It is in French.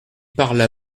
parla